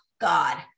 God